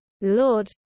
Lord